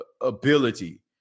ability